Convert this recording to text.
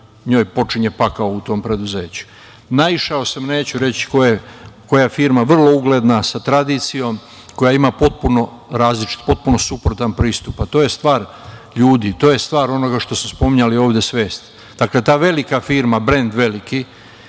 njoj počinje pakao u tom preduzeću. Naišao sam, neću reći u kojoj firmi je reč, vrlo ugledna, sa tradicijom koja ima potpuno različit, potpuno suprotan pristup. To je stvar ljudi, to je stvar onoga što ste spominjali ovde svest. Ta velika firma, brend veliki,